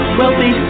wealthy